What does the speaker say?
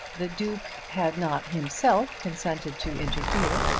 the duke had not himself consented to interfere,